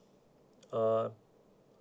uh